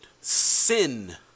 sin